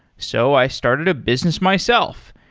so i started a business myself.